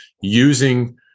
using